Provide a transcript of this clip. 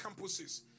campuses